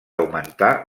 augmentar